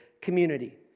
community